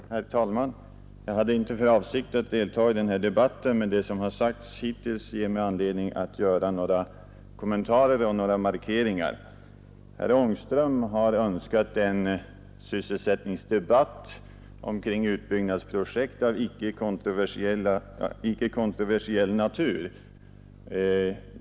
Herr talman! Jag hade inte för avsikt att delta i den här debatten, men det som har sagts hittills ger mig anledning att göra några kommentarer och några markeringar. Herr Ångström har önskat en sysselsättningsdebatt omkring utbyggnadsprojekt av icke kontroversiell natur.